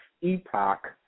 epoch